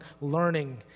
learning